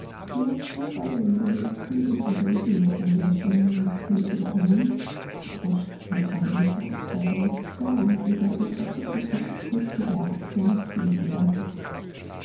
nur zuweilen bewegten sich ihre lippen ein lächeln umspielte ihren mund die brust hob ein unterdrückter seufzer und über ihr verzücktes gesicht huschte der abglanz betender glut